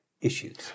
issues